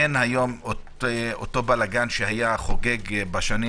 אין היום אותו בלגאן שהיה חוגג בשנים